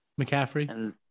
McCaffrey